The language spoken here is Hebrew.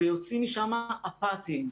ויוצאים משם אפתיים.